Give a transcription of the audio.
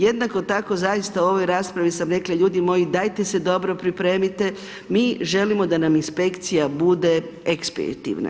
Jednako tako, zaista au ovoj raspravi sam rekla, ljudi moji, dajte se dobro pripremite, mi želimo da nam inspekcija bude ekspeditivna.